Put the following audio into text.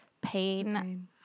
pain